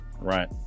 Right